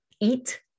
eat